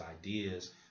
ideas